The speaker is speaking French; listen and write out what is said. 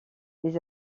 les